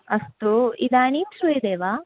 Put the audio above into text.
अस्तु इदानीं श्रूयते वा